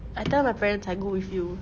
I tell my parents I go with you